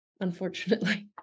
Unfortunately